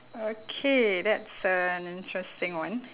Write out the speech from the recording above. okay that's a interesting one